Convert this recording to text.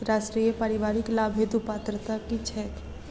राष्ट्रीय परिवारिक लाभ हेतु पात्रता की छैक